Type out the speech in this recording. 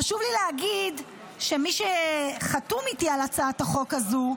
חשוב לי להגיד מי חתום איתי על הצעת החוק הזו: